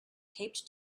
taped